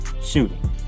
Shooting